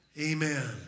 amen